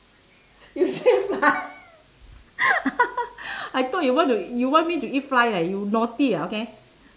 you say fly I thought you want to you want me to eat fly eh you naughty ah okay